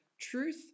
truth